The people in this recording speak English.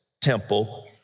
temple